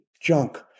junk